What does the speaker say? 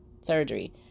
surgery